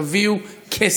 תביאו כסף.